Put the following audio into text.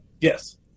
Yes